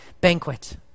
banquet